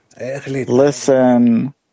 listen